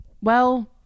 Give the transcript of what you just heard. Well-